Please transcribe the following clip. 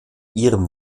ihrem